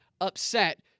upset